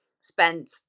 spent